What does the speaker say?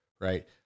right